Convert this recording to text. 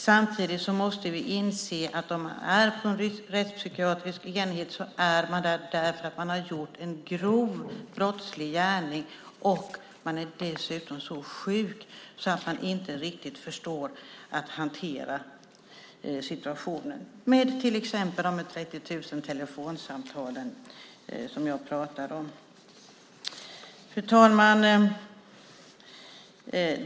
Samtidigt måste vi inse att om man är på en rättspsykiatrisk enhet är man där för att man har gjort en grov brottslig gärning, och man är dessutom så sjuk att man inte riktigt förstår hur man ska hantera vissa situationer som till exempel den med de 30 000 telefonsamtalen som jag pratade om. Fru talman!